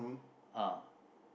uh